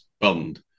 bond